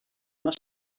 must